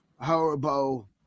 Horrible